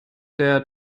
der